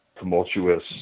tumultuous